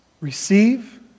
Receive